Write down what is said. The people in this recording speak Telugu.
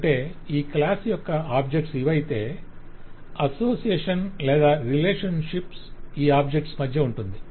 అంటే ఈ క్లాస్ యొక్క ఆబ్జెక్ట్స్ ఇవైతే అసోసియేషన్ లేదా రిలేషన్షిప్ ఈ ఆబ్జెక్ట్స్ మధ్య ఉంటుంది